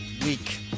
week